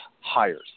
hires